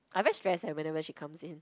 I very stress eh whenever she comes in